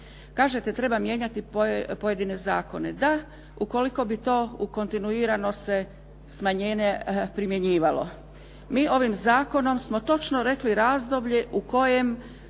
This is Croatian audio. Kažete, treba mijenjati pojedine zakone. Da ukoliko bi to u kontinuirano se smanjenje primjenjivalo. Mi ovim zakonom smo točno rekli razdoblje u kojem